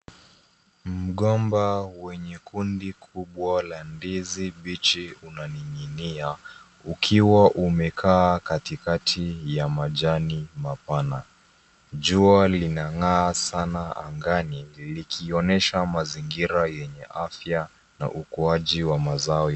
Mgomba wenye kundi kubwa la ndizi mbichi unaning'inia, ukiwa umekaa katikati ya majani mapana. Jua linang'aa sana angani likionyesha mazingira yenye afya na ukuaji wa mazao